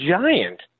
giant